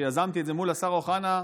כשיזמתי את זה מול השר אוחנה,